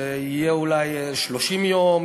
שיהיה אולי 30 יום,